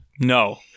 No